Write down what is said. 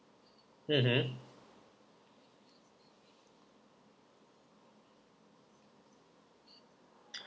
mmhmm